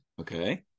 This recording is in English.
Okay